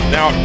Now